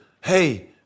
hey